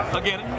again